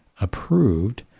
approved